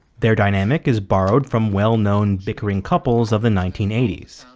they're dynamic is borrowed from well-known bickering couples of the nineteen eighty s,